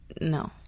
No